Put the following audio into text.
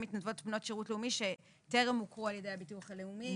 מתנדבות בנות שירות לאומי שטרם הוכרו על ידי הביטוח הלאומי.